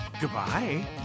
Goodbye